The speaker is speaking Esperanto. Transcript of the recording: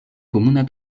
komuna